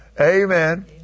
Amen